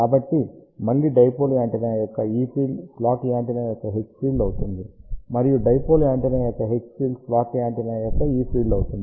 కాబట్టి మళ్ళీ dipole antenna యొక్క E ఫీల్డ్ స్లాట్ యాంటెన్నా యొక్క H ఫీల్డ్ అవుతుంది మరియు డైపోల్ యాంటెన్నా యొక్క H ఫీల్డ్ స్లాట్ యాంటెన్నా యొక్క E ఫీల్డ్ అవుతుంది